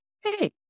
hey